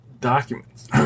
documents